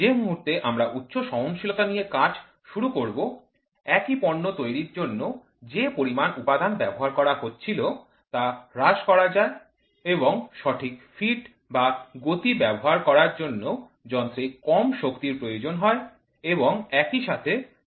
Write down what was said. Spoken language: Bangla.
যে মুহুর্তে আমরা উচ্চ সহনশীলতা নিয়ে কাজ শুরু করব একই পণ্য তৈরির জন্য যে পরিমাণ উপাদান ব্যবহার করা হচ্ছিল তা হ্রাস করা যায় এবং সঠিক ফিড বা গতি ব্যবহার করার জন্য যন্ত্রে কম শক্তির প্রয়োজন হয় এবং একই সাথে সময় ও শ্রম কম লাগে